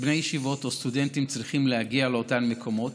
בני ישיבות או סטודנטים הצריכים להגיע לאותם מקומות,